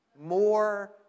more